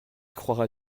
croiras